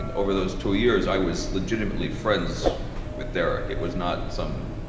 and over those two years, i was legitimately friends with derek. it was not some